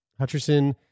Hutcherson